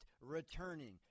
returning